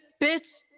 bitch